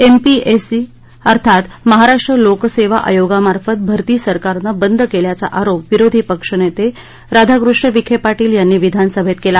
एमपीएसी अर्थात महाराष्ट्र लोक सेवा आयोगामार्फत भर्ती सरकारनं बंद केल्याचा आरोप विरोधी पक्ष नेते राधाकृष्ण विखे पाटील यांनी विधानसभेत केला